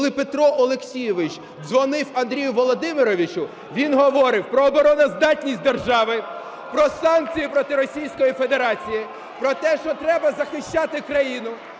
Коли Петро Олексійович дзвонив Андрію Володимировичу, він говорив про обороноздатність держави, про санкції проти Російської Федерації. (Шум у залі) Про те, що треба захищати країну.